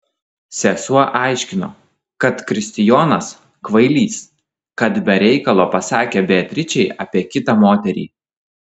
sesuo aiškino kad kristijonas kvailys kad be reikalo pasakė beatričei apie kitą moterį